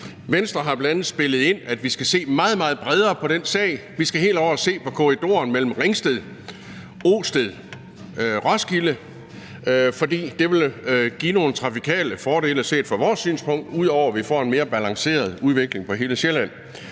Venstre har bl.a. spillet ind med, at vi skal se meget, meget bredere på den sag. Vi skal helt over at se på korridoren mellem Ringsted, Osted og Roskilde, fordi det set fra vores synspunkt vil give nogle trafikale fordele, ud over at vi får en mere balanceret udvikling på hele Sjælland.